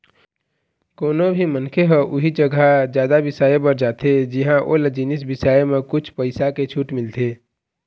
कोनो भी मनखे ह उही जघा जादा बिसाए बर जाथे जिंहा ओला जिनिस बिसाए म कुछ पइसा के छूट मिलथे